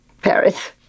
Paris